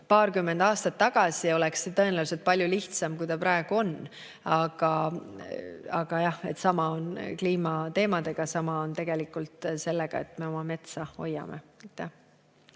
paarkümmend aastat tagasi, oleks see tõenäoliselt palju lihtsam, kui ta praegu on. Aga jah, sama on kliimateemadega, sama on tegelikult sellega, et me oma metsa hoiame.